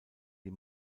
die